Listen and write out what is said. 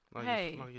hey